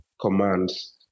commands